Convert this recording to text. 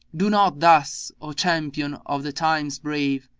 do not thus, o champion of the time's braves!